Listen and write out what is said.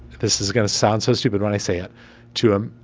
this is going to sound so stupid when i say it to him.